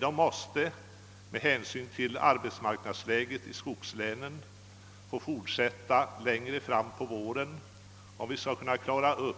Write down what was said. De måste med hänsyn till arbetsmarknadsläget i skogslänen få fortsätta längre fram på våren, om vi skall kunna klara upp